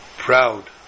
Proud